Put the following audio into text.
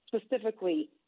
specifically